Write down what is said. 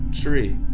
tree